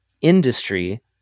industry